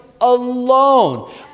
alone